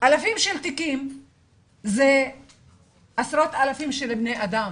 אלפים של תיקים וזה עשרות אלפים של בני אדם,